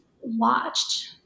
watched